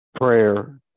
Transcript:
prayer